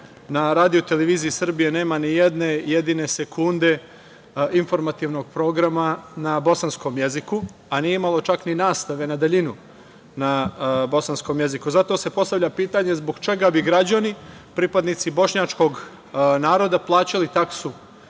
na maternjem jeziku. Na RTS nema nijedne jedine sekunde informativnog programa na bosanskom jeziku, a nije imalo čak ni nastave na daljinu na bosanskom jeziku. Zato se postavlja pitanje zbog čega bi građani, pripadnici bošnjačkog naroda plaćali taksu